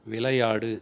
விளையாடு